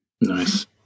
Nice